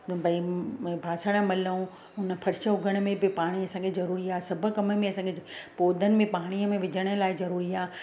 त भई ॿासण मलूं हुन फ़र्श उगण में बि पाणी असांखे ज़रूरी आहे सभु कमनि में असांखे पौधनि में पाणीअ में विझण लाइ ज़रूरी आहे